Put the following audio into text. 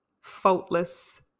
faultless